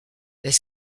est